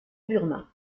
burma